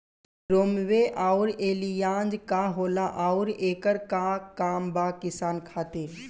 रोम्वे आउर एलियान्ज का होला आउरएकर का काम बा किसान खातिर?